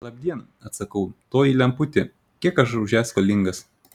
labdien atsakau toji lemputė kiek aš už ją skolingas